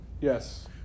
Yes